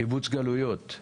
קיבוץ גלויות.